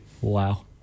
Wow